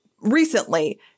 recently